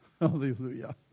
Hallelujah